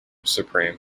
supreme